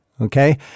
Okay